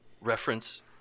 reference